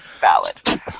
Valid